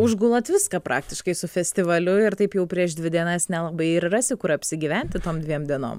užgulat viską praktiškai su festivaliu ir taip jau prieš dvi dienas nelabai ir rasi kur apsigyventi tom dviem dienom